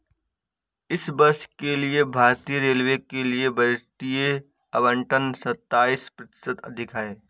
इस वर्ष के लिए भारतीय रेलवे के लिए बजटीय आवंटन सत्ताईस प्रतिशत अधिक है